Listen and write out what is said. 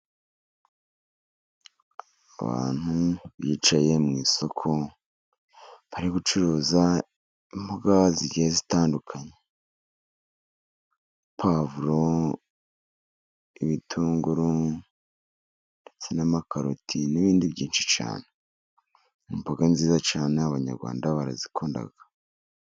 Abantu bicaye mu isoko bari gucuruza imboga zigiye zitandukanye, puwavuro, ibitunguru ndetse n'amakaroti n'ibindi byinshi cyane. Imboga ni nziza cyane Abanyarwanda barazikunda.